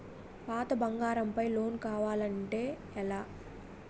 పాత బంగారం పై లోన్ కావాలి అంటే ఎలా?